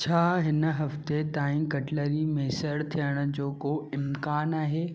छा हिन हफ़्ते ताईं कटलरी मैसर थियण जो को इम्कान आहे